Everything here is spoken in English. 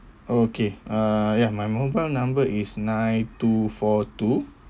okay uh ya my mobile number is nine two four two